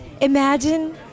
Imagine